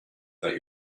that